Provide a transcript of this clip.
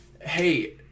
Hey